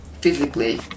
physically